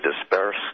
disperse